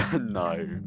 No